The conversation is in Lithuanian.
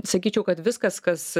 sakyčiau kad viskas kas